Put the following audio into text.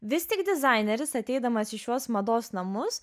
vis tik dizaineris ateidamas į šiuos mados namus